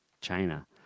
China